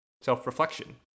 self-reflection